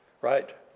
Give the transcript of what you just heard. right